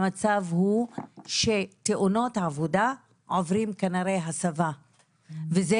המצב הוא שתאונות העבודה עוברים כנראה הסבה וזה